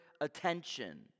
attention